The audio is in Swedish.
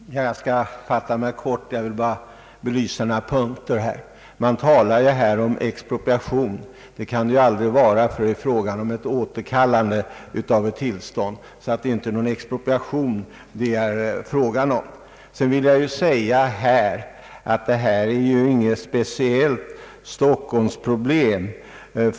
Herr talman! Jag skall fatta mig kort och bara belysa några punkter. Det talas här om expropriation. Det gäller återkallande av ett tillstånd, och det är inte fråga om någon expropriation. Detta är inte något speciellt Stock holmsproblem.